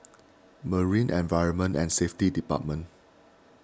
Marine Environment and Safety Department